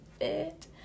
fit